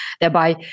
thereby